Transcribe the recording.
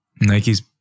Nike's